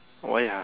why ah